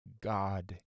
God